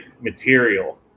material